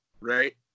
right